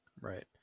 right